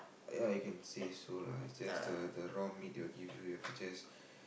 yeah you can say so lah it's just the the raw meat they'll give you you have to just